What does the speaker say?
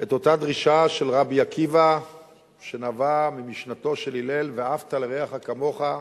את אותה דרישה של רבי עקיבא שנבעה ממשנתו של הלל: ואהבת לרעך כמוך,